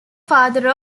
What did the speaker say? father